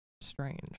strange